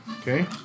Okay